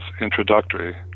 introductory